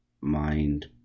mind